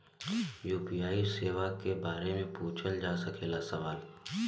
UPI सेवा के बारे में पूछ जा सकेला सवाल?